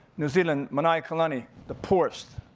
new zealand, manaiakalani, the ports